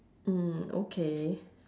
mm okay